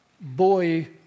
boy